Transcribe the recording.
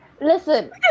Listen